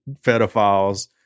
pedophiles